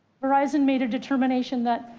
verizon made a determination that.